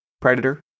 Predator